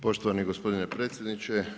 Poštovani gospodine predsjedniče.